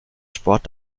sport